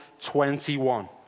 21